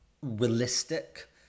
realistic